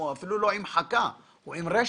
אוסף עם חכה, הוא אוסף עם רשת,